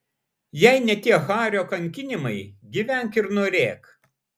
jei ne tie hario kankinimai gyvenk ir norėk